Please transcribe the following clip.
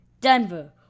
Denver